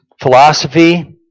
philosophy